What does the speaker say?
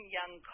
Young